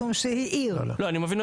זאת אומרת,